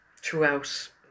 throughout